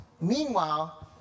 Meanwhile